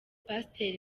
pasiteri